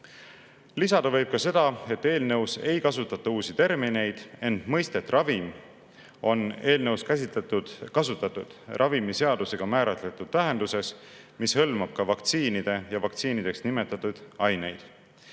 võib seda, et eelnõus ei kasutata uusi termineid, ent mõistet "ravim" on eelnõus kasutatud ravimiseadusega määratletud tähenduses, mis hõlmab ka vaktsiine ja vaktsiinideks nimetatud aineid.